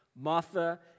Martha